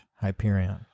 Hyperion